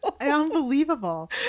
Unbelievable